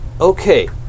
Okay